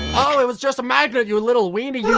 ohhh it was just a magnet you little weenie you